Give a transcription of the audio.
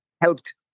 helped